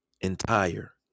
entire